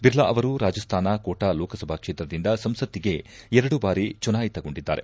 ಬಿರ್ಲಾ ಅವರು ರಾಜಸ್ತಾನ ಕೋಟ ಲೋಕಸಭಾ ಕ್ಷೇತ್ರದಿಂದ ಸಂಸತ್ತಿಗೆ ಎರಡು ಭಾರಿ ಚುನಾಯಿತಗೊಂಡಿದ್ದಾರೆ